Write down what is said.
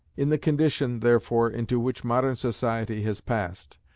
in the condition, therefore, into which modern society has passed,